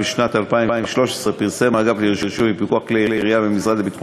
בשנת 2013 פרסם האגף לרישוי ופיקוח כלי ירייה במשרד לביטחון